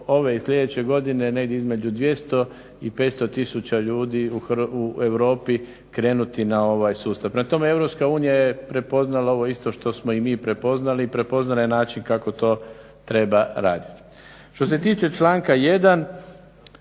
ove i sljedeće godine negdje između 200 i 500 tisuća ljudi u Europi krenuti na ovaj sustav. Prema tome EU je prepoznala ovo isto što smo i mi prepoznali i prepoznala je način kako to treba raditi. Što se tiče članka 1.